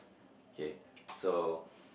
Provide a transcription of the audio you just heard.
okay so